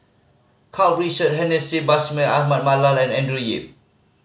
Karl Richard Hanitsch Bashir Ahmad Mallal and Andrew Yip